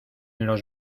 los